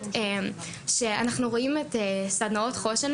אנחנו רואים את סדנאות חוש"ן,